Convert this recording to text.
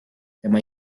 tema